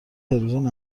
تلویزیون